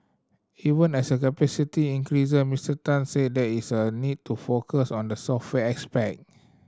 even as capacity increase Mister Tan said there is a need to focus on the software aspect